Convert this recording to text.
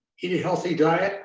eat a healthy diet.